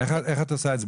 איך את עושה את זה?